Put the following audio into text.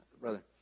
Brother